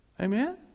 Amen